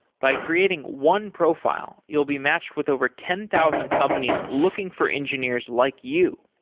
by creating one profile, you'll be matched with over ten thousand companies looking for engineers like you.